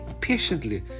patiently